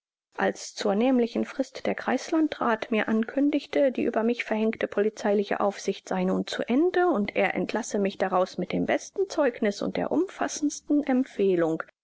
als zur nämlichen frist der kreislandrath mir ankündigte die über mich verhängte polizeiliche aufsicht sei nun zu ende und er entlasse mich daraus mit dem besten zeugniß und der umfassendsten empfehlung